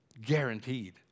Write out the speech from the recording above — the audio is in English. guaranteed